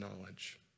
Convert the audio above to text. knowledge